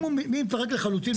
אם הוא מתפרק לחלוטין,